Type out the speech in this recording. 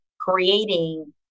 creating